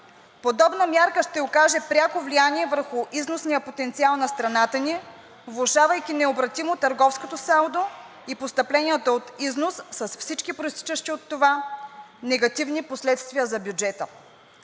Подобна мярка ще окаже пряко влияние върху износния потенциал на страната ни, влошавайки необратимо търговското салдо и постъпленията от износ с всички произтичащи от това негативни последствия за бюджета.